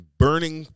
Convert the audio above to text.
burning